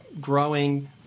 growing